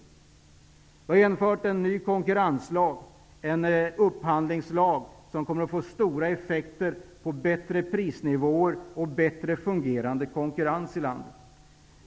Vi har genomfört en ny konkurrenslag, en upphandlingslag, som kommer att få stora effekter i bättre prisnivåer och bättre fungerande konkurrens i landet.